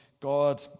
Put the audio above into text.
God